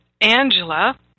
angela